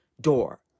door